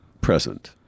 present